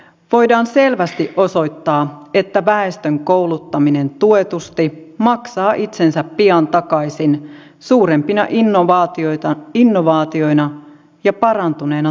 voidaan selvästi osoittaa että väestön kouluttaminen tuetusti maksaa itsensä pian takaisin suurempina innovaatioina ja parantuneena tuottavuutena